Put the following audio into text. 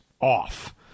off